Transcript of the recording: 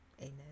Amen